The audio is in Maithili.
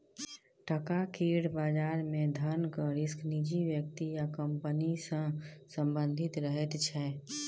टका केर बजार मे धनक रिस्क निजी व्यक्ति या कंपनी सँ संबंधित रहैत छै